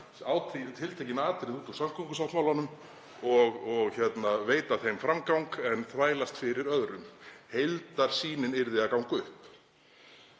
ákveðin tiltekin atriði í samgöngusáttmálanum og veita þeim framgang en þvælast fyrir öðrum, heildarsýnin yrði að ganga upp.